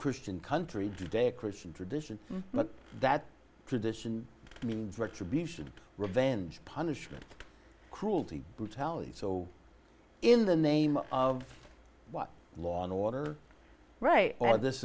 christian country today a christian tradition but that tradition means retribution revenge punishment cruelty brutality so in the name of what law and order right or this